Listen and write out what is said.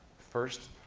first,